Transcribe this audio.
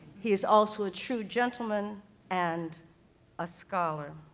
he is also a true gentleman and a scholar.